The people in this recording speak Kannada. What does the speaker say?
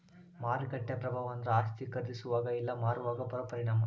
ಮಾರುಕಟ್ಟೆ ಪ್ರಭಾವ ಅಂದ್ರ ಆಸ್ತಿ ಖರೇದಿಸೋವಾಗ ಇಲ್ಲಾ ಮಾರೋವಾಗ ಬೇರೋ ಪರಿಣಾಮ